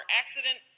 accident